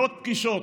מאות פגישות,